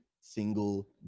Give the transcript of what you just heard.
single